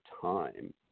time